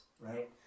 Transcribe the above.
right